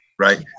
Right